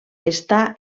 està